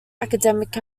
academic